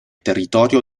territorio